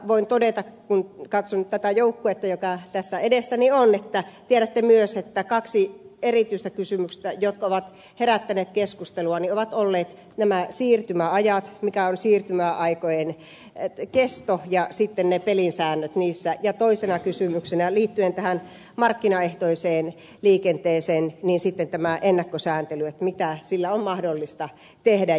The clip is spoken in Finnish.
voin todeta kun katson tätä joukkuetta joka tässä edessäni on että tiedätte myös että kaksi erityistä kysymystä jotka ovat herättäneet keskustelua ovat olleet nämä siirtymäajat mikä on siirtymäaikojen kesto ja sitten ne pelisäännöt niissä ja toisena kysymyksenä liittyen tähän markkinaehtoiseen liikenteeseen tämä ennakkosääntely mitä sillä on mahdollista tehdä